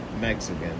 Mexican